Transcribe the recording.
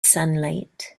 sunlight